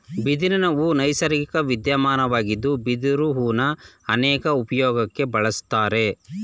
ಬಿದಿರಿನಹೂ ನೈಸರ್ಗಿಕ ವಿದ್ಯಮಾನವಾಗಿದ್ದು ಬಿದಿರು ಹೂನ ಅನೇಕ ಉಪ್ಯೋಗಕ್ಕೆ ಬಳುಸ್ತಾರೆ